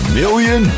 million